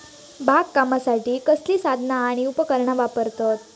बागकामासाठी कसली साधना आणि उपकरणा वापरतत?